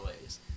ways